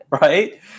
right